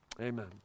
Amen